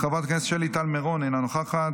חברת הכנסת שלי טל מירון אינה נוכחת,